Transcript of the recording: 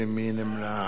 ומי נמנע?